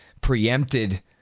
preempted